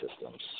systems